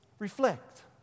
Reflect